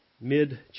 mid